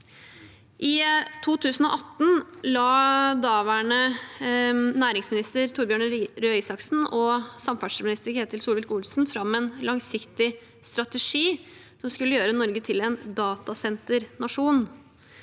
I 2018 la daværende næringsminister, Torbjørn Røe Isaksen, og daværende samferdselsminister, Ketil Solvik-Olsen, fram en langsiktig strategi som skulle gjøre Norge til en datasenternasjon.